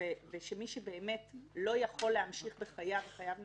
ושמי שבאמת לא יכול להמשיך בחייו וחייו נעצרים,